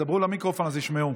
דברו למיקרופון, אז ישמעו.